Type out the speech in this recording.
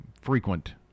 frequent